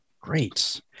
Great